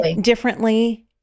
differently